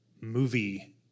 movie